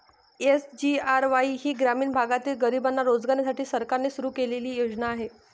SGRY ही ग्रामीण भागातील गरिबांना रोजगार देण्यासाठी सरकारने सुरू केलेली योजना आहे